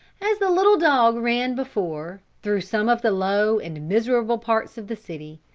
as the little dog ran before, through some of the low and miserable parts of the city,